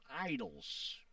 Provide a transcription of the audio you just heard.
idols